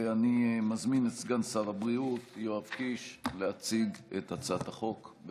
ואני מזמין את סגן שר הבריאות יואב קיש להציג את הצעת החוק.